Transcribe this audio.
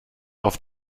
auf